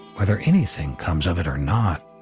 whether anything comes of it or not.